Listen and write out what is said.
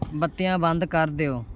ਬੱਤੀਆਂ ਬੰਦ ਕਰ ਦਿਓ